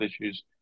issues